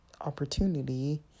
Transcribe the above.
opportunity